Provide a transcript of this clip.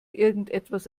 irgendetwas